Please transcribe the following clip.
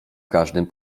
każdym